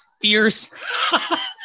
fierce